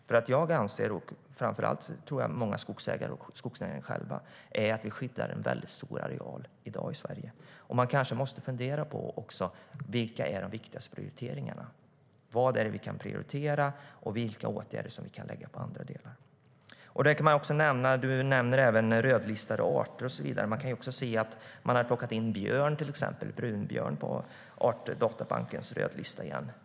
Den tes jag vill driva, och framför allt tror jag att skogsägarna själva anser det, är att vi skyddar en väldigt stor areal i dag i Sverige. Man kanske också måste fundera på vilka de viktigaste prioriteringarna är. Vad är det vi kan prioritera, och vilka åtgärder kan vi lägga på andra delar? Miljöministern nämner rödlistade arter. Vi kan se att man till exempel har plockat in brunbjörn i Artdatabankens rödlistningar.